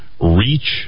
reach